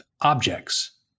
objects